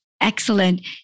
Excellent